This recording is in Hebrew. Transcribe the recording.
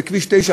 בכביש 9,